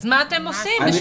ומה אתם עושים?